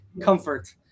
comfort